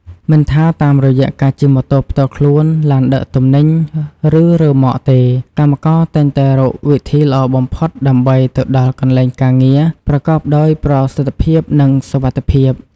មិនថាតាមរយៈការជិះម៉ូតូផ្ទាល់ខ្លួន ឡានដឹកទំនិញ ឬរ៉ឺម៉កទេ កម្មករតែងតែរកវិធីល្អបំផុតដើម្បីទៅដល់កន្លែងការងារប្រកបដោយប្រសិទ្ធភាពនិងសុវត្ថិភាព។